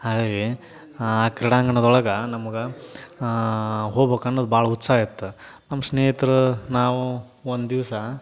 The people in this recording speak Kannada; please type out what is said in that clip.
ಹಾಗಾಗಿ ಆ ಕ್ರೀಡಾಂಗಣದೊಳಗೆ ನಮ್ಗೆ ಹೋಬೇಕನ್ನೋದ್ ಭಾಳ ಉತ್ಸಾಹ ಇತ್ತು ನಮ್ಮ ಸ್ನೇಹಿತರು ನಾವು ಒಂದು ದಿವಸ